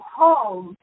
home